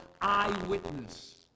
Eyewitness